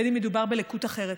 בין אם מדובר בלקות אחרת,